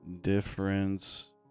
difference